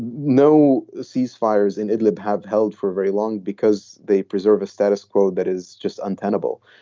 no. ceasefires in idlib have held for very long because they preserve a status quo that is just untenable.